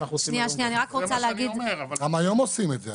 גם היום עושים את זה.